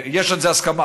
יש על זה הסכמה.